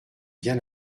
bien